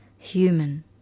Human